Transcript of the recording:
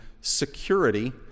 security